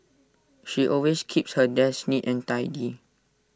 she always keeps her desk neat and tidy